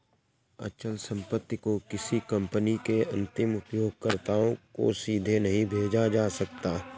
अचल संपत्ति को किसी कंपनी के अंतिम उपयोगकर्ताओं को सीधे नहीं बेचा जा सकता है